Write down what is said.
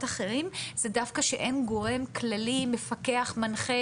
אחרים היא שדווקא אין גורם כללי מפקח ומנחה,